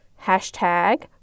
hashtag